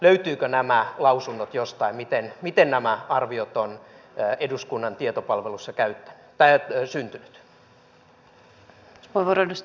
löytyvätkö nämä lausunnot jostain miten nämä arviot ovat eduskunnan tietopalvelussa syntyneet